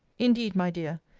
indeed, my dear,